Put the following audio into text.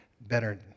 better